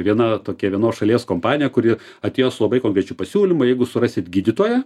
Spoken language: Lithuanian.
viena tokia vienos šalies kompanija kuri atėjo su labai konkrečiu pasiūlymu jeigu surasit gydytoją